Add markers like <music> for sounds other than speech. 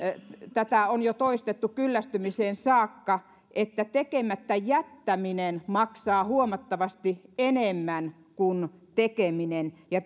tätä on jo toistettu kyllästymiseen saakka niin tekemättä jättäminen maksaa huomattavasti enemmän kuin tekeminen ja <unintelligible>